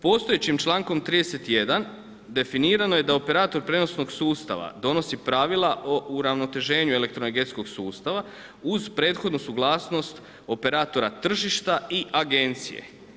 Postojećim člankom 31. definirano je da operator prijenosnog sustava donosi pravila o uravnoteženju elektroenergetskog sustava uz prethodnu suglasnost operatora tržišta i agencije.